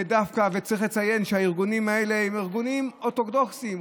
וצריך לציין שהארגונים האלה הם ארגונים אורתודוקסיים.